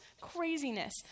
craziness